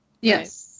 Yes